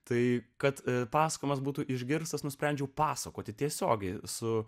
tai kad paskolos būtų išgirstas nusprendžiau pasakoti tiesiogiai su